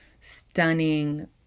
stunning